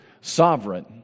sovereign